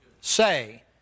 say